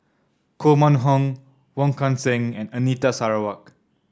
Koh Mun Hong Wong Kan Seng and Anita Sarawak